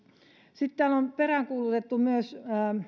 sitten täällä on peräänkuulutettu myös